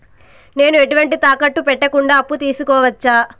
నేను ఎటువంటి తాకట్టు పెట్టకుండా అప్పు తీసుకోవచ్చా?